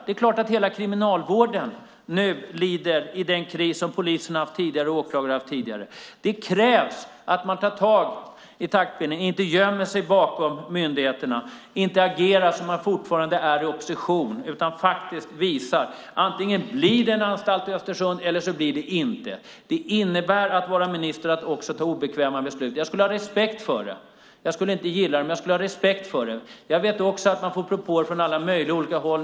Det är klart att hela Kriminalvården nu lider i den kris som polisen och åklagarna haft tidigare. Det krävs att man tar tag i taktpinnen, inte gömmer sig bakom myndigheterna, inte agerar som om man fortfarande vore i opposition, utan faktiskt visar hur det ska bli: Antingen blir det en anstalt i Östersund, eller så blir det inte det. Att vara minister innebär att också ta obekväma beslut. Jag skulle ha respekt för det. Jag skulle inte gilla det, men jag skulle ha respekt för det. Jag vet också att man får propåer från alla möjliga olika håll.